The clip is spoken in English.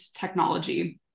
technology